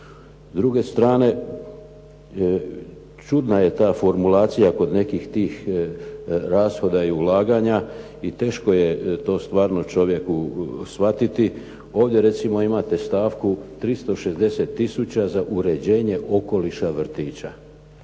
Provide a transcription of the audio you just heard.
druge strane čudna je formulacija kod nekih tih rashoda i ulaganja i teško je to stvarno čovjeku shvatiti. Ovdje recimo imate u stavku 360 tisuća za uređenje okoliša vrtića.